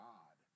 God